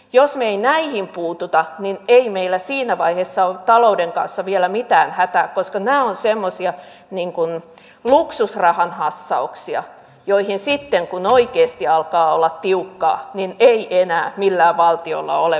jos me emme näihin puutu niin ei meillä siinä vaiheessa ole talouden kanssa vielä mitään hätää koska nämä ovat semmoisia luksusrahan hassauksia joihin sitten kun oikeasti alkaa olla tiukkaa ei enää millään valtiolla ole varaa